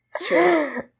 True